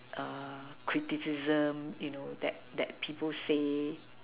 criticism you know that that people say